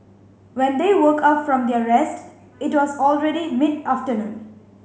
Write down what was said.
when they woke up from their rest it was already mid afternoon